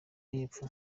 y’epfo